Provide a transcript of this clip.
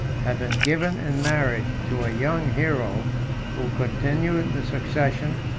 had been given in marriage to a young hero who continued the succession,